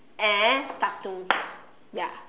and cartoon ya